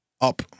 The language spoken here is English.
up